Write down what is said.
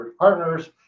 partners